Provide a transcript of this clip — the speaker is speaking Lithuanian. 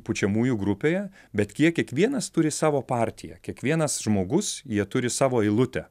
pučiamųjų grupėje bet kiekvienas turi savo partiją kiekvienas žmogus jie turi savo eilutę